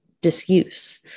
disuse